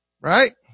Right